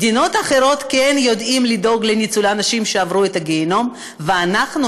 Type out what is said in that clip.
במדינות אחרות כן יודעים לדאוג לאנשים שעברו את הגיהינום ואנחנו,